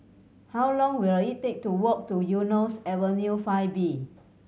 how long will it take to walk to Eunos Avenue Five B